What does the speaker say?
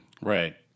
Right